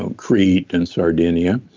so crete and sardinia.